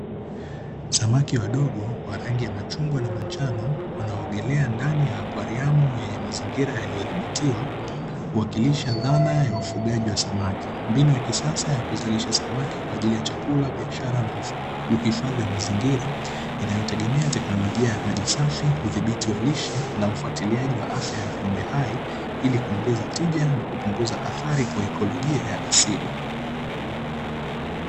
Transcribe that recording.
Samaki wadogo wa rangi ya machungwa na manjano wanaogelea ndani ya akwariamu yenye mazingira yaliyodhibitiwa, kuwakilisha dhana ya ufugaji wa samaki. Mbinu ya kisasa ya kuzalisha samaki kwa ajili ya chakula, biashara na uhifadhi wa mazingira; inayotegemea teknolojia ya maji safi, udhibiti wa lishe na ufuatiliaji wa afya ya viumbe hai; ili kuongeza tija na kupunguza athari kwa ikolojia ya asili.